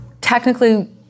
Technically